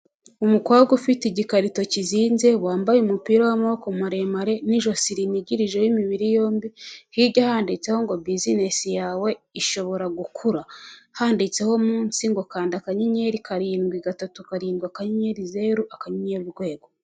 Umukobwa ufite igikarito kizinze, wambaye umupira w'amaboko maremare n'ijosi rinigirije w'imibiri yombi; hirya handitseho ngo ''buzinesi yawe ishobora gukura'', handitseho munsi ngo ''kanda kanyenyeri karindwi gatatu karindwi, akayenyeri zeru, akanyenyeri urwego''.